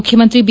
ಮುಖ್ಯಮಂತ್ರಿ ಬಿ